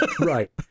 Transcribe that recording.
Right